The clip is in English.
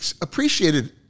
appreciated